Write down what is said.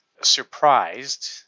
surprised